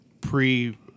pre